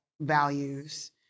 values